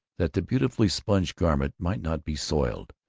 that the beautifully sponged garment might not be soiled,